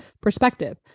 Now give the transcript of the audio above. perspective